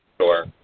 Sure